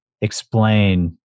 explain